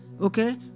Okay